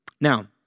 Now